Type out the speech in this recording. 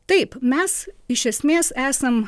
taip mes iš esmės esam